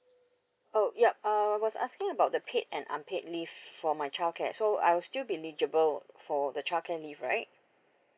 oh yup uh was asking about the paid and unpaid leave for my childcare so I will still be eligible for the childcare leave right